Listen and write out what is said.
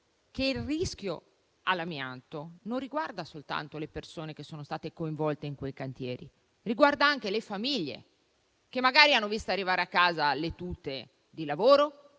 che il rischio dell'amianto riguarda non soltanto le persone che sono state coinvolte in quei cantieri, ma anche le famiglie che magari hanno visto arrivare a casa le tute da lavoro